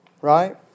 Right